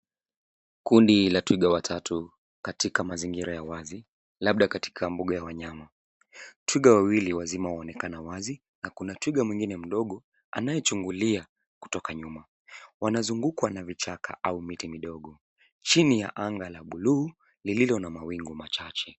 Kundi la twiga watatu katika mazingira ya wazi labda katika mbuga ya wanyama. Twiga wawili wazima waonekana wazi na kuna twinga mwingine mdogo anayechungulia kutoka nyuma. Wanazungukwa na vichaka au miti midogo chini ya anga la buluu lililo na mawingu machache.